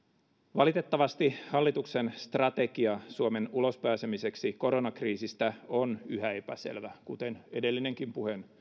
valitettavasti hallituksen strategia suomen ulospääsemiseksi koronakriisistä on yhä epäselvä kuten edellinenkin